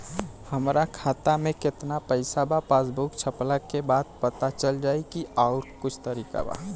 हमरा खाता में केतना पइसा बा पासबुक छपला के बाद पता चल जाई कि आउर कुछ तरिका बा?